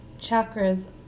chakras